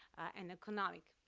and economic.